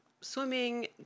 swimming